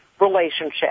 relationship